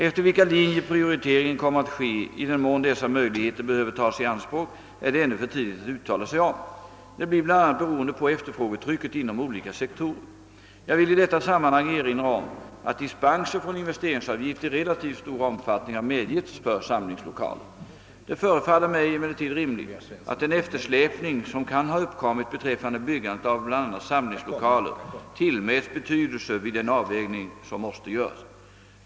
Efter vilka linjer prioriteringen kommer att ske, i den mån dessa möjligheter behöver tas i anspråk, är det ännu för tidigt att uttala sig om. Det blir bl.a. beroende på efterfrågetrycket inom olika sektorer. Jag vill i detta sammanhang erinra om att dispenser från investeringsavgift i relativt stor omfattning har medgetts för samlingslokaler. Det förefaller mig emellertid rimligt att den eftersläpning som kan ha uppkommit beträffande byggandet av bl.a. samlingslokaler tillmäts betydelse vid den avvägning som måste göras.